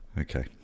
Okay